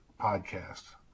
podcast